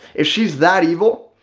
if she's that evil,